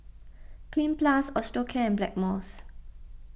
Cleanz Plus Osteocare and Blackmores